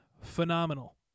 phenomenal